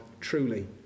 truly